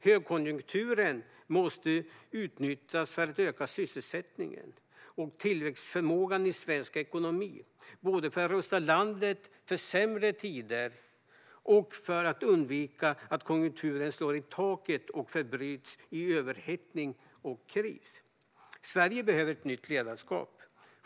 Högkonjunkturen måste utnyttjas till att öka sysselsättningen och tillväxtförmågan i svensk ekonomi både för att rusta landet för sämre tider och för att undvika att konjunkturen slår i taket och förbyts i överhettning och kris. Sverige behöver ett nytt ledarskap.